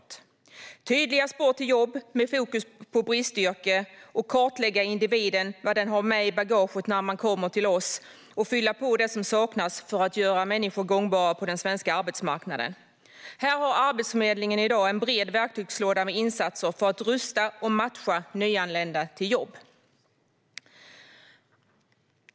Det handlar om tydliga spår till jobb, med fokus på bristyrken, och om att kartlägga vad individen har med i bagaget när den kommer till oss samt om att fylla på det som saknas för att göra personen gångbar på den svenska arbetsmarknaden. Arbetsförmedlingen har i dag en bred verktygslåda med insatser för att rusta och matcha nyanlända till jobb.